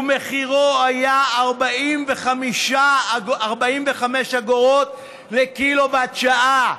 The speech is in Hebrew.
ומחירו היה 45 אגורות לקילוואט/שעה.